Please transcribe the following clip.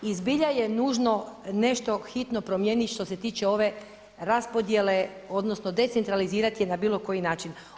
I zbilja je nužno nešto hitno promijeniti što se tiče ove raspodjele odnosno decentralizirati je na bilo koji način.